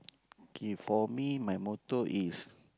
K for me my motto is